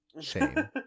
Shame